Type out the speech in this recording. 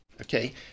okay